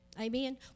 Amen